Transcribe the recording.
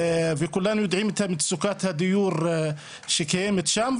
וכולם יודעם את מצוקת הדיור שקיימת שם.